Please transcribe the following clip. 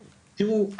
תיראו,